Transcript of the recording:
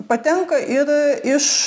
patenka ir iš